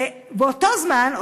ובאותו זמן,